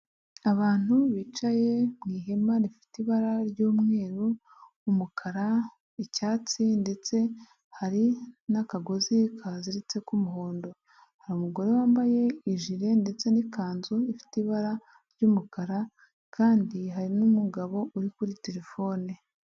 Abantu bicaye mu ihema rifite ibara ry'umweru, umukara, icyatsi ndetse hari n'akagozi kaziritse k'umuhondo, hari umugore wambaye ijire ndetse n'ikanzu ifite ibara ry'umukara kandi hari n'umugabo uri kuri terefone.